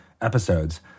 episodes